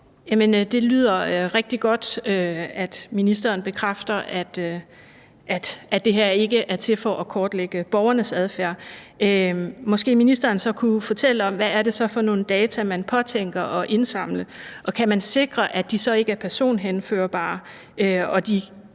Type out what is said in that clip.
det lyder rigtig godt, at ministeren bekræfter, at det her ikke er til for at kortlægge borgernes adfærd. Måske ministeren så kunne fortælle om, hvad det så er for nogle data, man påtænker at indsamle. Og kan man sikre, at de så ikke er personhenførbare,